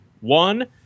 One